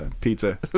pizza